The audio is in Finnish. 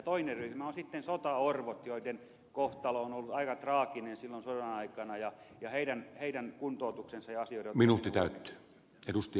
toinen ryhmä on sitten sotaorvot joiden kohtalo on ollut aika traaginen silloin sodan aikana ja heidän kuntoutuksensa ja asioidensa hoitaminen